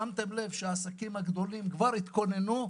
שמתם לב שהעסקים הגדולים כבר התכוננו לבאות,